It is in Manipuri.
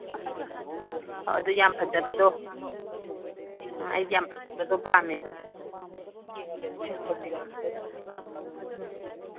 ꯑꯣ ꯑꯗꯨ ꯌꯥꯝ ꯐꯖꯕꯗꯣ ꯑ ꯑꯩꯗꯤ ꯌꯥꯝ ꯐꯖꯕꯗꯣ ꯄꯥꯝꯃꯦꯕ ꯎꯝ